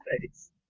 face